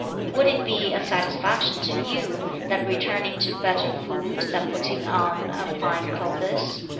would it be a satisfaction to you that returning to better food, that putting on of fine clothes?